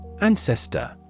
Ancestor